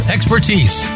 Expertise